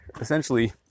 essentially